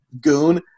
Goon